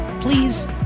please